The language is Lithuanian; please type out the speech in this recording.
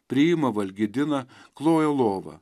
priima valgydina kloja lovą